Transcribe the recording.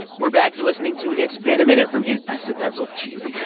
we're back. you're listening to it's been a minute from i said that real cheesy.